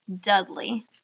Dudley